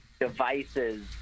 devices